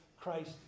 Christ